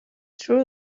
true